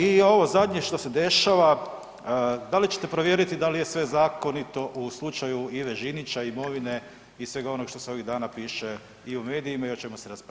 I ovo zadnje što se dešava, da li ćete provjeriti da li je sve zakonito u slučaju Ive Žinića i imovine i svega onoga što se ovih dana piše i u medijima i o čemu se raspravlja?